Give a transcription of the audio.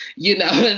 you know? it's